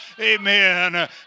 Amen